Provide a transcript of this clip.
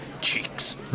cheeks